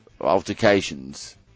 altercations